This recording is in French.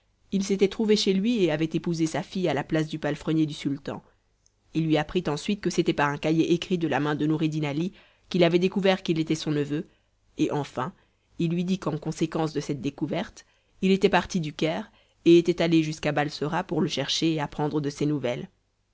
il s'était trouvé chez lui et avait épousé sa fille à la place du palefrenier du sultan il lui apprit ensuite que c'était par un cahier écrit de la main de noureddin ali qu'il avait découvert qu'il était son neveu et enfin il lui dit qu'en conséquence de cette découverte il était parti du caire et était allé jusqu'à balsora pour le chercher et apprendre de ses nouvelles